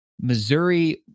Missouri